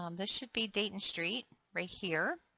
um this should be dayton street right here.